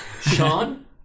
Sean